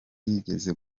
yigeze